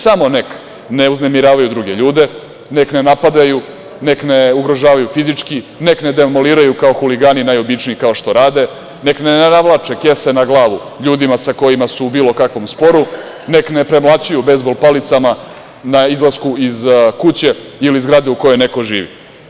Samo nek ne uznemiravaju druge ljude, nek ne napadaju, nek ne ugrožavaju fizički, nek ne demoliraju kao huligani najobičniji, kao što rade, nek ne navlače kese na glavu ljudima sa kojima su u bilo kakvom sporu, nek ne premlaćuju bejzbol palicama na izlasku iz kuće ili zgrade u kojoj neko živi.